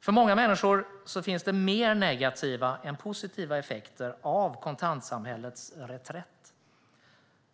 För många människor finns det fler negativa än positiva effekter av kontantsamhällets reträtt.